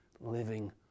living